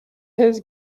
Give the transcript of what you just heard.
his